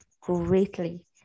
greatly